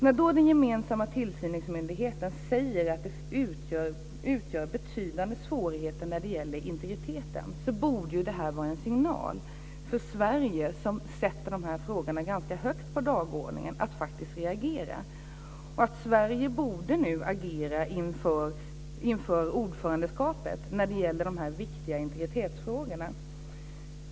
När den gemensamma tillsynsmyndigheten säger att integriteten utgör betydande svårigheter borde det vara en signal för Sverige, som sätter de här frågorna ganska högt på dagordningen, att faktiskt reagera. Sverige borde inför sitt ordförandeskap agera när det gäller de viktiga integritetsfrågorna.